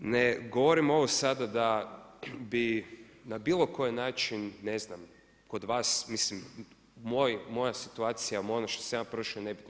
Ne govorim ovo sada da bi na bilo koji način ne znam kod vas, mislim moja situacija, ono što sam ja prošao je nebitno.